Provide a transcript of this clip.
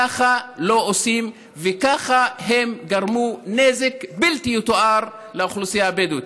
ככה לא עושים וככה הם גרמו נזק בלתי יתואר לאוכלוסייה הבדואית.